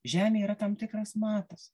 žemė yra tam tikras matas